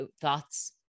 thoughts